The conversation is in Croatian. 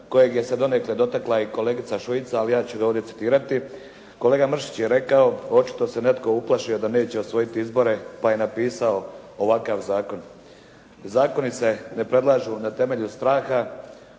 kojeg se donekle dotakla i kolegica Šuica, ali ja ću ga ovdje citirati. Kolega Mršić je rekao: "očito se netko uplašio da neće osvojiti izbore pa je napisao ovakav zakon". Zakoni se ne predlažu na temelju straha,